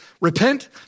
Repent